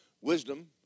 Wisdom